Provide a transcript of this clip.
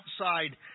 outside